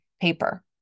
paper